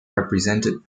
represented